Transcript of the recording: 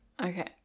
okay